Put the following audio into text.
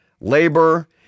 labor